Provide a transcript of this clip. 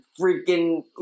freaking